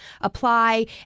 apply